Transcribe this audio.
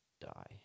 die